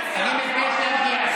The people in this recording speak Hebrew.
אני מבקש להרגיע,